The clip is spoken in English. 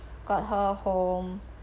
got her home